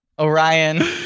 Orion